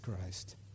Christ